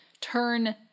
turn